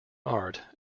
art